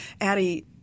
Addie